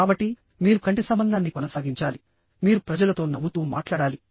కాబట్టి మీరు కంటి సంబంధాన్ని కొనసాగించాలి మీరు ప్రజలతో నవ్వుతూ మాట్లాడాలి